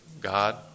God